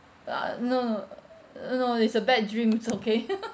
uh no no uh no no it's a bad dream it's okay